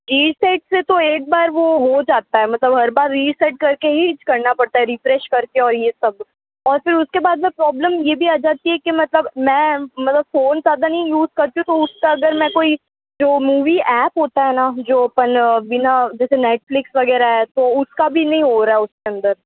reset से तो एक बार वो हो जाता है मतलब हर बार रिसेट करके ही करना पड़ता है रिफ्रेश करके और ये सब और सर उसके बाद में प्रॉब्लम ये भी आ जाती है कि मतलब मैं मतलब फोन ज़्यादा नहीं यूज़ करती हूँ तो उसका अगर मैं कोई मूवी ऐप होता है ना जो अपन बिना जैसे नेटफ्लिक्स वगैरह है तो उसका भी नहीं हो रहा है उसके अंदर